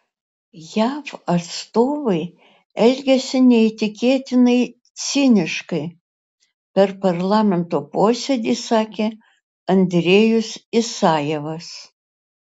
jav atstovai elgiasi neįtikėtinai ciniškai per parlamento posėdį sakė andrejus isajevas